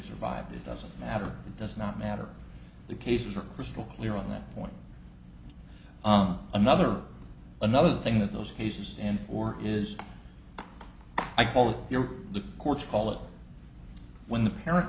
survived it doesn't matter it does not matter the cases are crystal clear on that one another another thing that those cases stand for is i called the courts call it when the parent